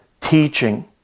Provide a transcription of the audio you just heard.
teaching